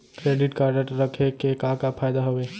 Credit card रखे के का का फायदा हवे?